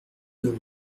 deux